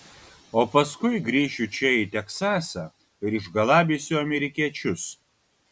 o paskui grįšiu čia į teksasą ir išgalabysiu amerikiečius